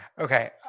Okay